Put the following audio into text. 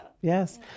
yes